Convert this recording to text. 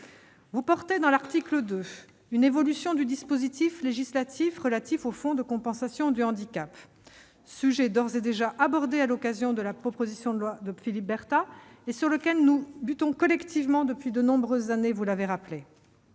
000 personnes. L'article 2 prévoit une évolution du dispositif législatif relatif aux fonds de compensation du handicap, sujet d'ores et déjà abordé à l'occasion de la proposition de loi de Philippe Berta et sur lequel nous butons collectivement depuis de nombreuses années- cela a été rappelé.